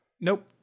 Nope